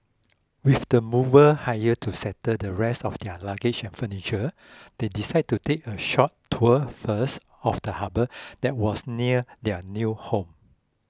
with the mover hired to settle the rest of their luggage and furniture they decide to take a short tour first of the harbour that was near their new home